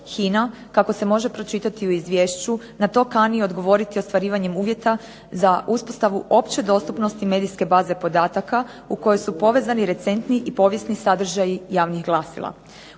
HINA kako se može pročitati u izvješću na to kani odgovoriti ostvarivanje uvjeta za uspostavu opće dostupnosti medijske baze podataka u kojoj su povezani recentni i povijesni sadržaji javnih glasila.